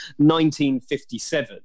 1957